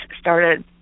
started